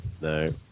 No